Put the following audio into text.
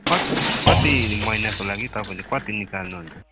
कत् कति महिनाको लागि तपाईँले कति निकाल्नुहुन्छ